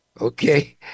Okay